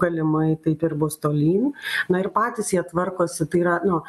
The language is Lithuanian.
galimai taip ir bus tolyn na ir patys jie tvarkosi tai yra nu